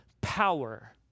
power